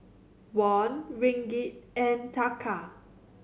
Won Ringgit and Taka